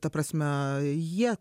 ta prasme jie